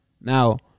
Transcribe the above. Now